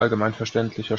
allgemeinverständlicher